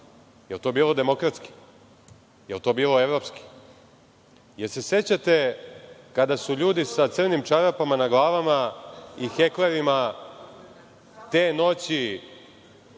li je to bilo demokratski? Da li je to bilo evropski? Da li se sećate kada su ljudi sa crnim čarapama na glavama i heklerima te noći